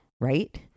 right